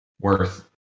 worth